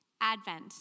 advent